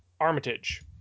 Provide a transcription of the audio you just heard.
Armitage